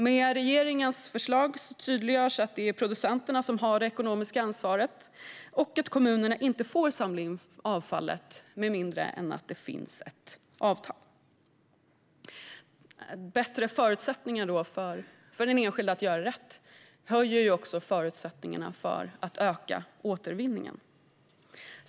Med regeringens förslag tydliggörs att det är producenterna som har det ekonomiska ansvaret och att kommunerna inte får samla in avfallet med mindre än att det finns ett avtal. Bättre förutsättningar för den enskilde att göra rätt stärker också förutsättningarna för att öka återvinningen.